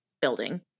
building